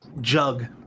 jug